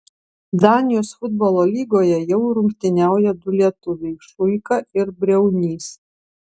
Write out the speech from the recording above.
danijos futbolo lygoje jau rungtyniauja du lietuviai šuika ir briaunys